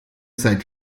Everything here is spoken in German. seid